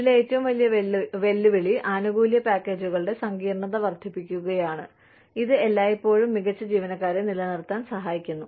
ഇതിലെ ഏറ്റവും വലിയ വെല്ലുവിളി ആനുകൂല്യ പാക്കേജുകളുടെ സങ്കീർണ്ണത വർദ്ധിപ്പിക്കുകയാണ് ഇത് എല്ലായ്പ്പോഴും മികച്ച ജീവനക്കാരെ നിലനിർത്താൻ സഹായിക്കുന്നു